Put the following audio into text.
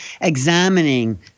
examining